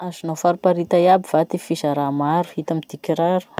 Azonao fariparita iaby va ty fizara maro hita amy ty kiraro?